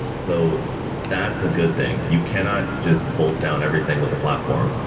so that's a good thing. you cannot just bolt down everything with a platform,